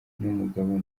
n’umugabo